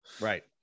Right